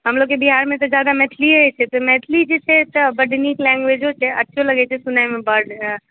हम लोगके जे बिहारमे तऽ ज्यादा मैथिलीएके मैथिली जे छै से एकटा बड्ड नीक लैंग्वेजो छै अच्छो लगैत छै सुनैमे तऽ बड्ड आ